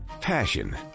Passion